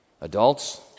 adults